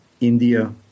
India